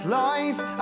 life